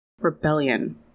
rebellion